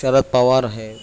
شرد پوار ہے